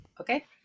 Okay